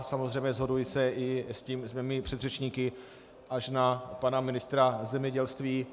Samozřejmě, shoduji se i se svými předřečníky až na pana ministra zemědělství.